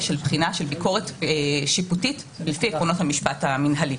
בחינה של ביקורת שיפוטית לפי עקרונות המשפט המינהלי.